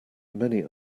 many